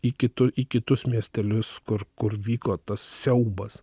į kitu į kitus miestelius kur kur vyko tas siaubas